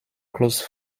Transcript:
close